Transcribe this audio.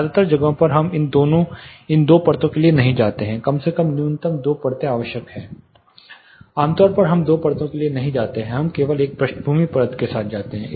ज्यादातर जगहों पर हम इन दो परतों के लिए नहीं जाते हैं कम से कम न्यूनतम दो परतें आवश्यक हैं आमतौर पर हम दो परतों के लिए नहीं जाते हैं हम केवल एक पृष्ठभूमि परत के साथ जा रहे हैं